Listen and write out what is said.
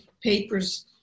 papers